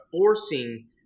forcing